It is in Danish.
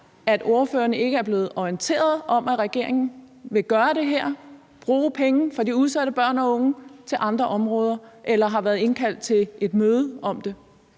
at ordførerne ikke er blevet orienteret om, at regeringen vil gøre det her – bruge penge fra de udsatte børn og unge til andre områder – eller har været indkaldt til et møde om det?